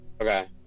Okay